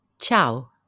ciao